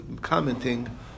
commenting